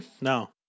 No